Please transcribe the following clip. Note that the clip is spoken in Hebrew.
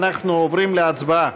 אנחנו עוברים להצבעה.